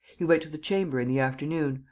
he went to the chamber in the afternoon,